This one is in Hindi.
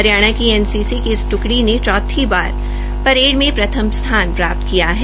हरियाणा की एनससी की इस ट्कड़ी ने चौधी बार परेड की प्रथम स्थान प्राप्त किया है